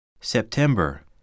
September